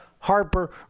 Harper